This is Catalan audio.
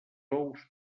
ous